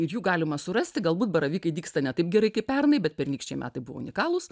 ir jų galima surasti galbūt baravykai dygsta ne taip gerai kaip pernai bet pernykščiai metai buvo unikalūs